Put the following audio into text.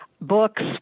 books